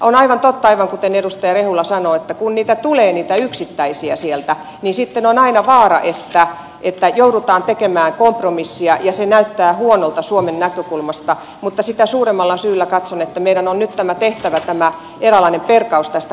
on aivan totta aivan kuten edustaja rehula sanoi että kun niitä yksittäisiä sieltä tulee niin sitten on aina vaara että joudutaan tekemään kompromisseja ja se näyttää huonolta suomen näkökulmasta mutta sitä suuremmalla syyllä katson että meidän on nyt tämä eräänlainen perkaus tästä kokonaisuudesta tehtävä